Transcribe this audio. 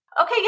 Okay